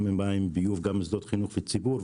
גם במים וביוב וגם במוסדות חינוך וציבור.